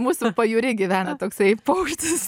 mūsų pajūry gyvena toksai paukštis